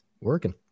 working